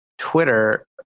Twitter